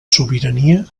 sobirania